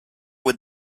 with